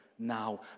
now